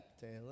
Taylor